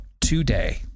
today